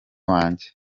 wanjye